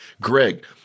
Greg